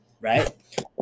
Right